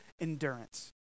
endurance